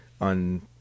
on